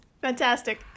fantastic